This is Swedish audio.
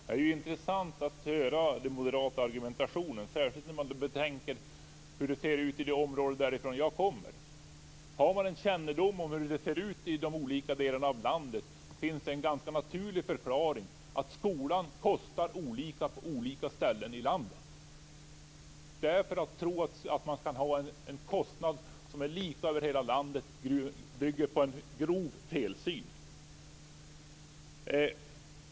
Herr talman! Det är intressant att höra den moderata argumentationen, särskilt när man betänker hur det ser ut i det område jag kommer ifrån. Har man en kännedom om hur det ser ut i de olika delarna av landet finns det en ganska naturlig förklaring: Skolan kostar olika på olika ställen i landet. Att då tro att man kan ha en kostnad som är lika över hela landet bygger på en grov felsyn.